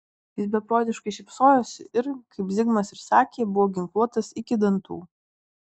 jis beprotiškai šypsojosi ir kaip zigmas ir sakė buvo ginkluotas iki dantų